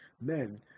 Men